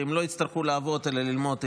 שהם לא יצטרכו לעבוד אלא ללמוד עברית.